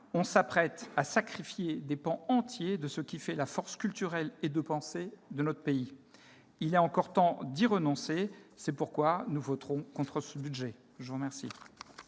on s'apprête à sacrifier des pans entiers de ce qui fait la force culturelle et de pensée de notre pays. Il est encore temps d'y renoncer : c'est pourquoi nous voterons contre ce budget. La parole